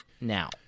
now